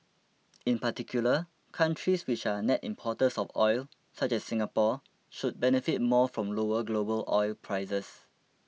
in particular countries which are net importers of oil such as Singapore should benefit more from lower global oil prices